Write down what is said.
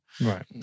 Right